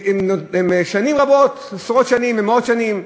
שנים רבות, עשרות שנים ומאות שנים.